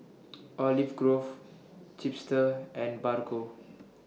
Olive Grove Chipster and Bargo